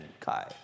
Kai